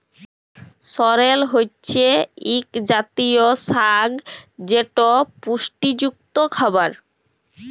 সরেল হছে ইক জাতীয় সাগ যেট পুষ্টিযুক্ত খাবার